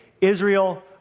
Israel